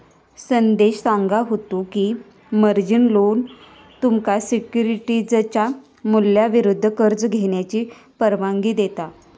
संदेश सांगा होतो की, मार्जिन लोन तुमका सिक्युरिटीजच्या मूल्याविरुद्ध कर्ज घेण्याची परवानगी देता